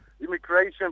Immigration